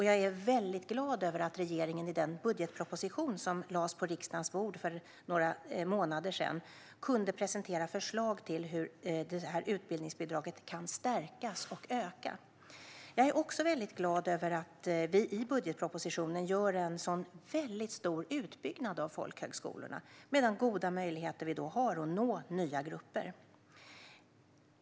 Jag är väldigt glad att regeringen i den budgetproposition som lades på riksdagens bord för några månader sedan kunde presentera förslag till hur utbildningsbidraget kan stärkas och öka. Jag är också väldigt glad över att vi i budgetpropositionen gör en stor utbyggnad av folkhögskolorna och över de goda möjligheter vi i och med detta har att nå nya grupper.